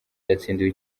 yatsindiwe